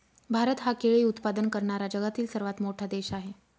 भारत हा केळी उत्पादन करणारा जगातील सर्वात मोठा देश आहे